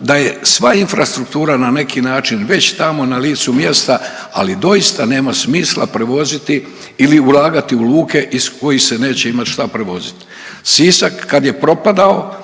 da je sva infrastruktura na neki način već tamo na licu mjesta, ali doista nema smisla prevoziti ili ulagati u luke iz kojih se neće imati šta prevoziti. Sisak, kad je propadao,